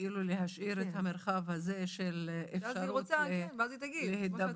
להשאיר את המרחב הזה של אפשרות להידברות.